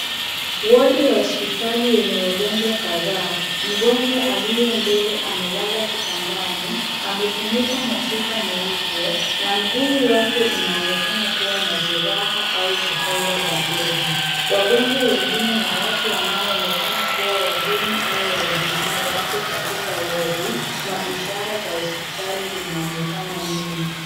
Wodi ya hospitali yenye wagonjwa kadhaa. Mgonjwa aliye mbele amelala kitandani, amefunikwa na shuka nyeupe na mguu wake unaonekana kuwa na jeraha au kufungwa bendeji. Wagonjwa wengine na watu wanaoonekana kuwa wageni au wahudumu wako katika wodi na ishara za hospitali zinaonekana nyuma.